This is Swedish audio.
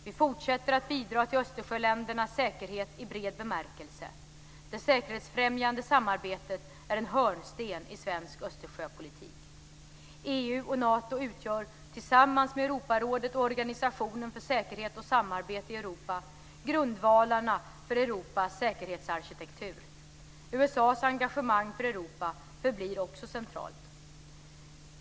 Vi fortsätter att bidra till Östersjöländernas säkerhet i bred bemärkelse. Det säkerhetsfrämjande samarbetet är en hörnsten i svensk Östersjöpolitik. EU och Nato utgör, tillsammans med Europarådet och Organisationen för säkerhet och samarbete i Europa, grundvalarna för Europas säkerhetsarkitektur. USA:s engagemang för Europa förblir också centralt.